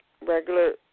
regular